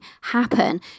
happen